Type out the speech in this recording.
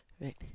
Right